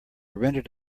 rented